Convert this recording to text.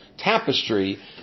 tapestry